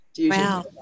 Wow